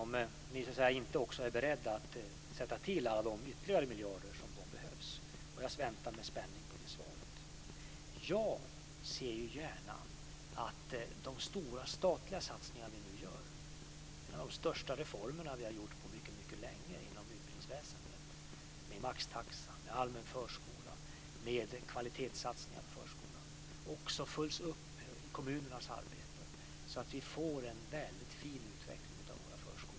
Om ni inte är beredda att sätta till alla de ytterligare miljarder som behövs blir det en svår diskussion. Jag väntar med spänning på det svaret. Jag ser gärna att de stora statliga satsningar vi nu gör, en av de största reformer vi har gjort på mycket länge inom utbildningsväsendet, med maxtaxa, med allmän förskola, med kvalitetssatsningar på förskolan, följs upp i kommunernas arbete så att vi får en väldigt fin utveckling av våra förskolor.